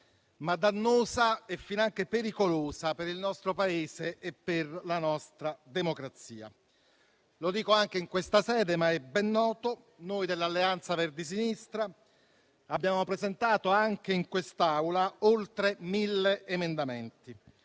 dannosa e finanche pericolosa per il nostro Paese e per la nostra democrazia. Lo dico anche in questa sede, ma è ben noto: noi dell'Alleanza Verdi-Sinistra abbiamo presentato anche in quest'Aula oltre mille emendamenti,